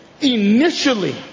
initially